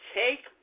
take